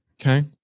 Okay